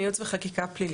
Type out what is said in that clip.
מייעוץ וחקיקה פלילי,